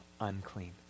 unclean